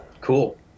Cool